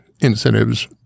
incentives